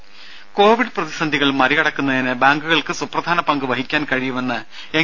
രും കോവിഡ് പ്രതിസന്ധികൾ മറികടക്കുന്നതിന് ബാങ്കുകൾക്ക് സുപ്രധാന പങ്കുവഹിക്കാൻ കഴിയുമെന്ന് എൻ